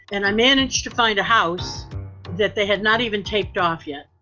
and i managed to find a house that they had not even taped off yet.